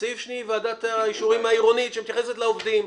וסעיף שני ועדת האישורים העירונית שמתייחסת לעובדים,